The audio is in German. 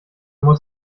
muss